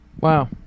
Wow